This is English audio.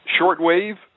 shortwave